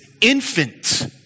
infant